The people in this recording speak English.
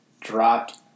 dropped